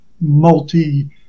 multi